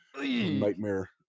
nightmare